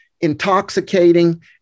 intoxicating